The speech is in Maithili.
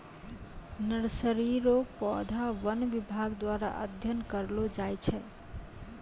नर्सरी रो पौधा वन विभाग द्वारा अध्ययन करलो जाय छै